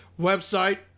website